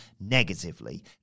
negatively